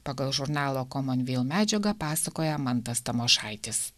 pagal žurnalo ko man vėl medžiagą pasakoja mantas tamošaitis